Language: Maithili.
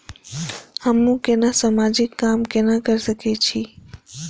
हमू केना समाजिक काम केना कर सके छी?